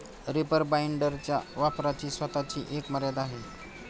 reaper बाइंडरच्या वापराची स्वतःची एक मर्यादा आहे